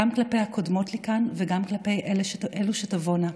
גם כלפי הקודמות לי כאן וגם כלפי אלה שתבואנה.